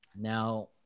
Now